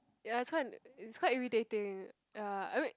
ya so I'm it's quite irritating ya I mean